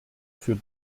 für